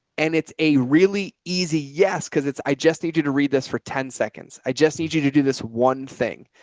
and it's a really easy, yes, because it's, i just need you to read this for ten seconds. i just need you to do this one thing.